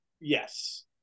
Yes